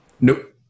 Nope